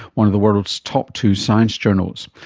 one of the world's top two science journals.